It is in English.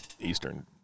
Eastern